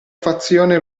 fazione